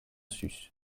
sus